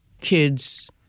kids